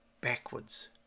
backwards